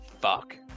fuck